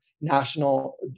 national